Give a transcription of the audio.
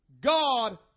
God